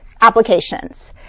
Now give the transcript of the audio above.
applications